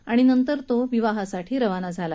त्यानंतर तो विवाहासाठी रवाना झाला